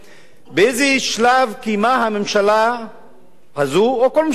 באיזה שלב קיימה הממשלה הזאת, או כל ממשלה אחרת,